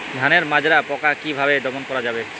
ধানের মাজরা পোকা কি ভাবে দমন করা যাবে?